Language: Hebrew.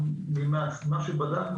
ממה שבדקנו,